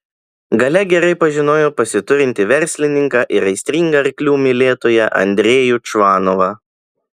galia gerai pažinojo pasiturintį verslininką ir aistringą arklių mylėtoją andrejų čvanovą